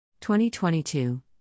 2022